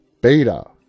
Beta